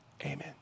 Amen